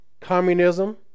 Communism